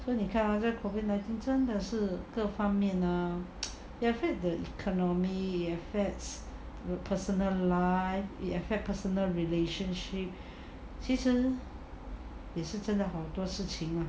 so 你看 ah COVID nineteen 真的是各方面呢 it affect the economy it affects personal life it affect personal relationship 其实也是真的好多事情啊